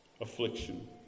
Affliction